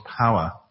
power